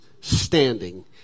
standing